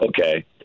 Okay